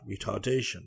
retardation